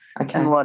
Okay